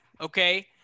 Okay